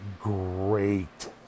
great